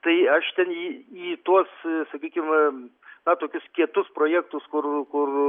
tai aš ten į tuos sakykime na tokius kietus projektus kur